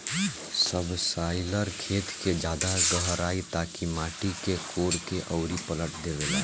subsoiler खेत के ज्यादा गहराई तक माटी के कोड़ के अउरी पलट देवेला